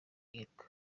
muhirwa